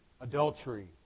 adultery